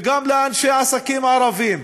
וגם לאנשי עסקים ערבים,